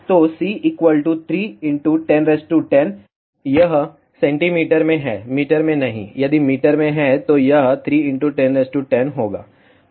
तो C 3 1010 यह cm में है मीटर में नहीं है यदि मीटर में है तो यह 3108 होगा